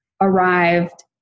arrived